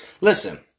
Listen